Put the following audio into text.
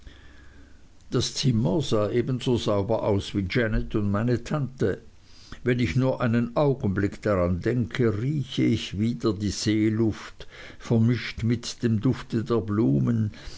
das zimmer sah ebenso sauber aus wie janet und meine tante wenn ich nur einen augenblick daran denke rieche ich wieder die seeluft vermischt mit dem dufte der blumen